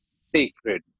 sacred